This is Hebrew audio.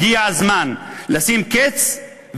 הגיע הזמן לשים קץ,